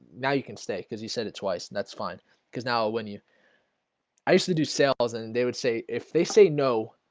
now you can stay because you said it twice and that's fine because now when you i usually do sales, and they would say if they say no,